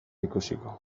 ikusiko